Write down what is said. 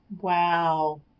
Wow